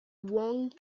wong